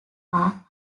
are